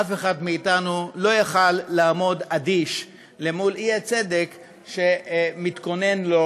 אף אחד מאתנו לא יכול היה לעמוד אדיש למול האי-צדק שמתכונן לו